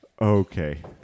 Okay